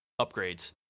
upgrades